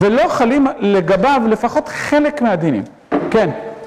ולא חלים לגביו לפחות חלק מהדינים, כן.